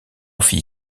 fit